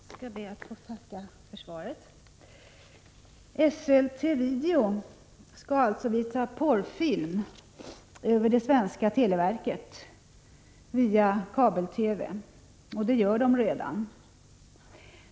Herr talman! Jag skall be att få tacka för svaret. Esselte Video AB skall alltså visa porrfilm via det svenska televerket genom kabel-TV, och man har redan börjat.